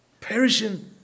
perishing